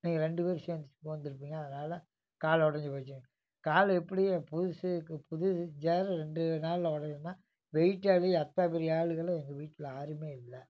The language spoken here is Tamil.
நீங்கள் ரெண்டு பேர் சேர்ந்து உக்காந்துருப்பீங்க அதனால் கால் உடஞ்சு போச்சு கால் எப்படி புதுசுக்கு புது சேர் ரெண்டு நாளில் உடையுமா வெயிட்டாகவே அத்தா பெரிய ஆளுகளும் எங்கள் வீட்டில் யாருமே இல்லை